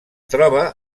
troba